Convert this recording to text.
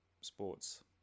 sports